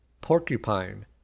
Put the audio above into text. porcupine